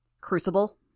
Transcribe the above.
Crucible